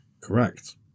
Correct